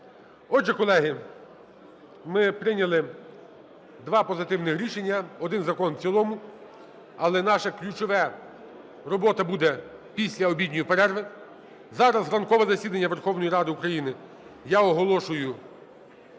Отже, колеги, ми прийняли два позитивних рішення, один закон в цілому, але наша ключова робота буде після обідньої перерви. Зараз ранкове засідання Верховної Ради України я оголошую